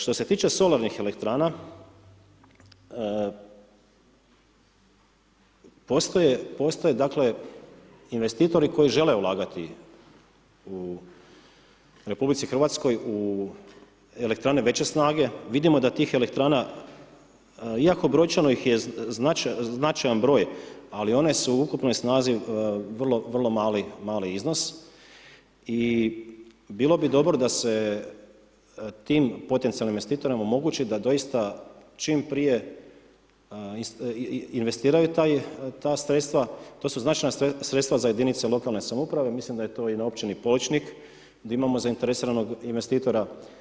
Što se tiče solarnih elektrana, postoje dakle investitori koji žele ulagati u RH u elektrane veće snage, vidimo da tih elektrana iako brojčano ih je značajan broj, ali one su u ukupnoj snazi vrlo, vrlo mali iznos i bilo bi dobro da se tim potencijalnim investitorima omogući da doista čim prije investiraju ta sredstava to su značajna sredstva za jedinice lokalne samouprave, mislim da je to i na općini Pločnik gdje imamo zainteresiranog investitora.